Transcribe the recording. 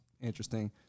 Interesting